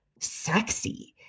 sexy